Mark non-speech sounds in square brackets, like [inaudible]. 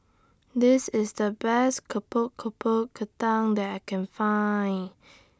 This IS The Best [unintelligible] Kentang that I Can Find